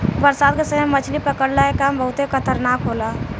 बरसात के समय मछली पकड़ला के काम बहुते खतरनाक होला